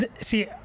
See